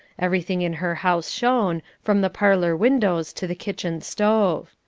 everything in her house shone, from the parlour windows to the kitchen stove.